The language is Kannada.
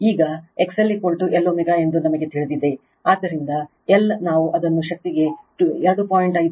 ಈಗ XL Lω ಎಂದು ನಮಗೆ ತಿಳಿದಿದೆ ಆದ್ದರಿಂದ L ನಾವು ಅದನ್ನು ಶಕ್ತಿಗೆ 2